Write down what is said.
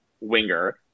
winger